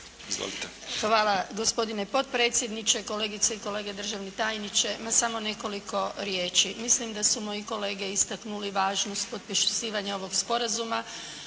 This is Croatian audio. Hvala gospodine potpredsjedniče, kolegice i kolege državni tajniče, samo nekoliko riječi. Mislim da su moji kolege istaknuli važnost potpisivanja ovoga Sporazuma,